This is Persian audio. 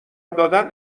دادن